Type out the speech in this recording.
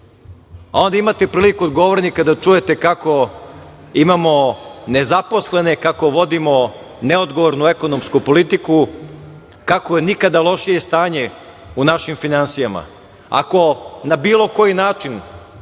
imate priliku od govornika da čujete kako imamo nezaposlene, kako vodimo neodgovornu ekonomsku politiku, kako nikada lošije stanje u našim finansijama, kako na bilo koji način